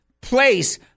place